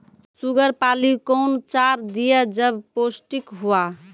Sugar पाली कौन चार दिय जब पोस्टिक हुआ?